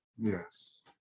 Yes